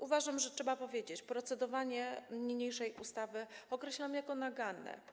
Uważam, że trzeba powiedzieć, iż procedowanie nad niniejszą ustawą określamy jako naganne.